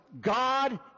God